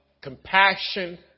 compassion